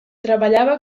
treballava